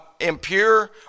impure